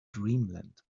dreamland